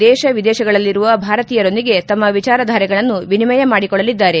ದೇಶ ವಿದೇಶಗಳಲ್ಲಿರುವ ಭಾರತೀಯರೊಂದಿಗೆ ತಮ್ಮ ವಿಚಾರಧಾರೆಗಳನ್ನು ವಿನಿಮಯ ಮಾಡಿಕೊಳ್ಳಲಿದ್ದಾರೆ